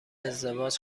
ازدواج